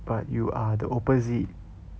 but you are the opposite